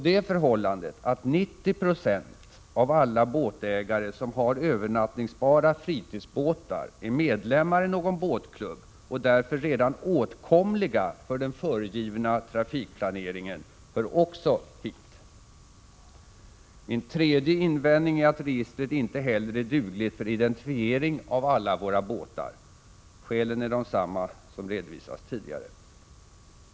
Det förhållandet att 90 96 av alla båtägare som har övernattningsbara fritidsbåtar är medlemmar i någon båtklubb och därför redan åtkomliga för den föregivna trafikplaneringen hör också hit. Min tredje invändning är att registret inte heller är dugligt för identifiering av alla båtar. Skälen är desamma som redovisats tidigare.